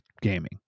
gaming